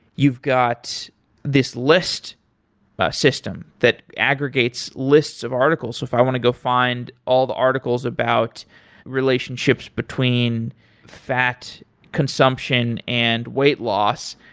you've got this list system that aggregates list of articles so if i want to go find all the articles about relationships between fat consumption and weight loss,